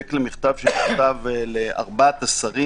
העתק למכתב שנשלח לארבעת השרים.